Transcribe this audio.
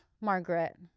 Margaret